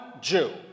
Jew